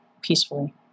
peacefully